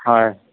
হয়